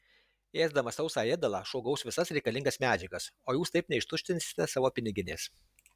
ėsdamas sausą ėdalą šuo gaus visas reikalingas medžiagas o jūs taip neištuštinsite savo piniginės